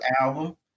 album